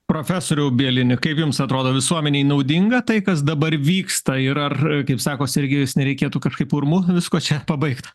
profesoriau bielini kaip jums atrodo visuomenei naudinga tai kas dabar vyksta ir ar kaip sako sergejus nereikėtų kažkaip urmu visko pabaigt